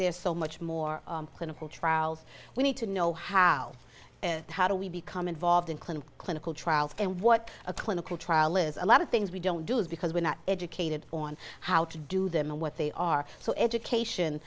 there's so much more clinical trials we need to know how and how do we become involved in clinical clinical trials and what a clinical trial is a lot of things we don't do is because we're not educated on how to do them and what they are so education